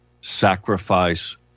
Sacrifice